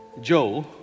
Joe